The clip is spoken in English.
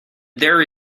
there